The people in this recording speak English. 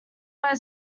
were